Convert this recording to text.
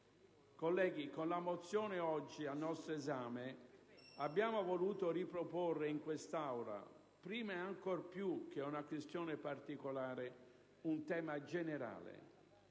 colleghi, con la mozione oggi al nostro esame abbiamo voluto riproporre in quest'Aula, prima e ancor più che una questione particolare, un tema generale.